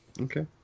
Okay